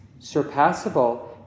surpassable